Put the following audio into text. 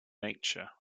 nature